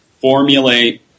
formulate